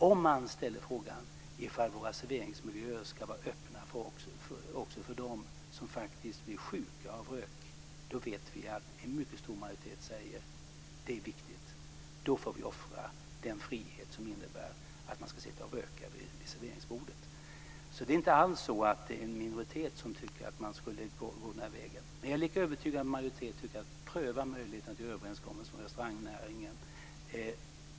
Om man ställer frågan om våra serveringsmiljöer ska vara öppna också för dem som faktiskt blir sjuka av rök, vet vi att en mycket stor majoritet säger att det är viktigt. Då får vi offra den frihet som det innebär att man ska sitta och röka vid serveringsbordet. Det är inte alls så att det är en minoritet som tycker att man ska gå den här vägen. Men jag är lika övertygad om att en majoritet tycker att vi ska pröva möjligheterna till överenskommelser med restaurangnäringen.